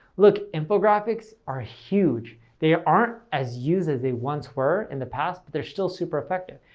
look, infographics are huge. they aren't as used as they once were in the past, but they're still super effective.